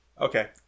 Okay